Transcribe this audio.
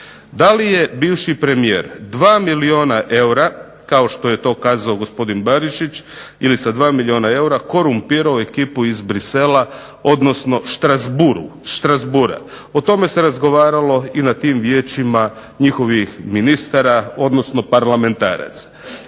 Da li je bivši premijer 2 milijuna eura kao što je to kazao gospodin Barišić ili sa 2 milijuna eura korumpirao ekipu iz Bruxellesa odnosno Strazbourgha? O tome se razgovaralo i na tim vijećima njihovih ministara odnosno parlamentaraca.